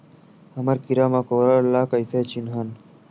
हमन कीरा मकोरा ला कइसे चिन्हन?